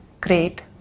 great